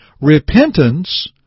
Repentance